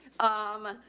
um,